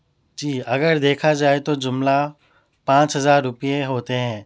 جی اگر دیکھا جائے تو جملہ پانچ ہزار روپیے ہوتے ہیں